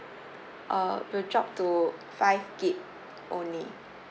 uh will drop to five gig only